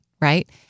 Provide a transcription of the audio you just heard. Right